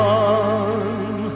one